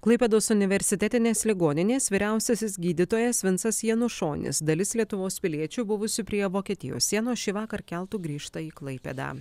klaipėdos universitetinės ligoninės vyriausiasis gydytojas vinsas janušonis dalis lietuvos piliečių buvusių prie vokietijos sienos šįvakar keltu grįžta į klaipėdą